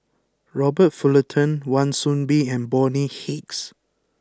Robert Fullerton Wan Soon Bee and Bonny Hicks